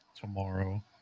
tomorrow